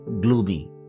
gloomy